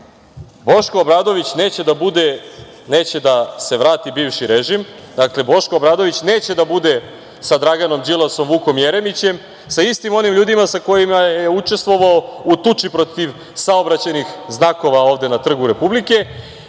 Boško Obradović neće da bude, neće da se vrati bivši režim. Dakle, Boško Obradović neće da bude sa Draganom Đilasom, Vukom Jeremićem, sa istim onim ljudima sa kojima je učestvovao u tuči protiv saobraćajnih znakova ovde na Trgu Republike